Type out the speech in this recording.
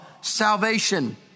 salvation